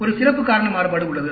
ஒரு சிறப்பு காரண மாறுபாடு உள்ளது